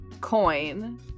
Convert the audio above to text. coin